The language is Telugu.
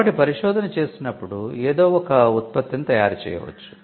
కాబట్టి పరిశోధన చేసినప్పుడు ఏదో ఒక ఉత్పత్తిని తయారు చేయవచ్చు